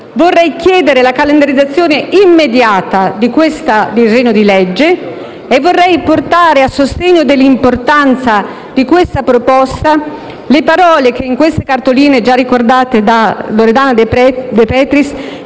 Vorrei chiedere la calendarizzazione immediata di questo disegno di legge e vorrei portare, a sostegno dell'importanza di questa proposta, le parole che in queste cartoline già ricordate dalla senatrice Loredana De Petris,